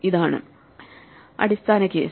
ഇതാണ് അടിസ്ഥാന കേസ്